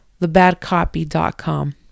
thebadcopy.com